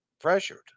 pressured